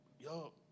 Yo